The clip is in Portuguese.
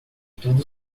tudo